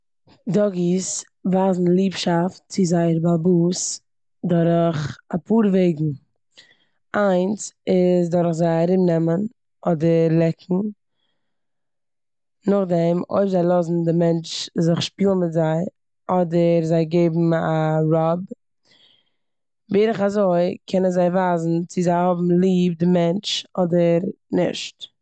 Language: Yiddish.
דאגיס ווייזן ליבשאפט צו זייער בעל הבית דורך אפאר וועגן. איינס איז דורך זיי ארומנעמען אדער לעקן. נאכדעם, אויב זיי לאזן די מענטש זיך שפילן מיט זיי אדער זיי געבן א ראב. בערך אזוי קענען זיי ווייזן צו זיי האבן ליב די מענטש אדער נישט.